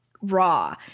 raw